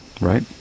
right